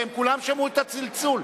הם כולם שמעו את הצלצול.